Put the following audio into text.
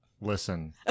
listen